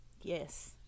yes